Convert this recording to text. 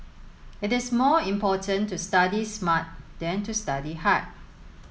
it is more important to study smart than to study hard